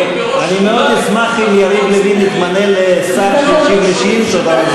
אני מאוד אשמח אם יריב לוין יתמנה לשר שישיב על שאילתות,